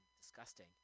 disgusting